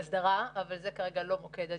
הסדרה כשלעצמו, אבל זה כרגע לא מוקד הדיון.